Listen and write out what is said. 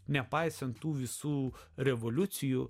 nepaisant tų visų revoliucijų